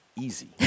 easy